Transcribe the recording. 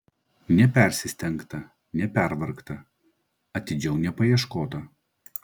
nepersistengta nepervargta atidžiau nepaieškota